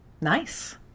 Nice